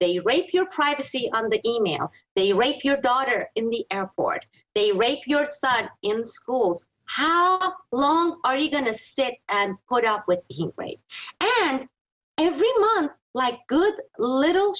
they rape your privacy on the e mail they rape your daughter in the airport they rape your son in schools how long are you going to sit and hold out with heat wave every month like good little